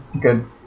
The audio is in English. good